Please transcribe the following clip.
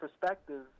perspective